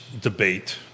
debate